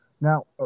Now